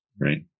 right